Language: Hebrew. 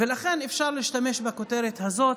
ולכן אפשר להשתמש בכותרת הזאת,